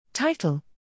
Title